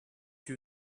you